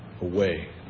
away